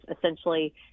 essentially